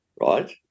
Right